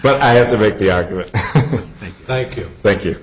but i have to make the argument thank you thank you